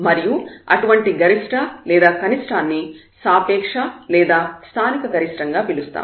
మరియు అటువంటి గరిష్ట లేదా కనిష్ఠాన్ని సాపేక్ష లేదా స్థానికగరిష్టం గా పిలుస్తారు